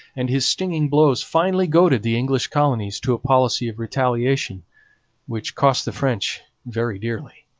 and his stinging blows finally goaded the english colonies to a policy of retaliation which cost the french very dearly.